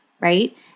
right